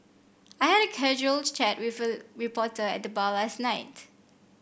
I had a casual chat with a reporter at the bar last night